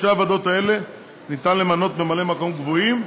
שתי הוועדות האלה ניתן למנות ממלאי-מקום קבועים,